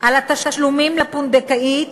על התשלומים לפונדקאית